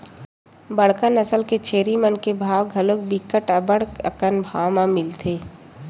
बड़का नसल के छेरी मन के भाव घलोक बिकट अब्बड़ अकन भाव म मिलथे